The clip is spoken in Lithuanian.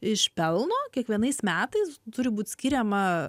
iš pelno kiekvienais metais turi būt skiriama